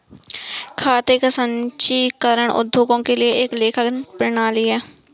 खाते का संचीकरण उद्योगों के लिए एक लेखन प्रणाली है